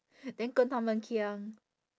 then 跟他们 kiang